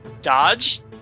dodge